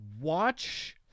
watch